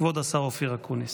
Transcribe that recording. כבוד השר אופיר אקוניס.